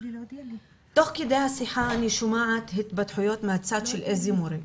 תוך כדי השיחה אני שומעת התבדחויות מהצד של איזה מורה,